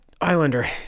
Islander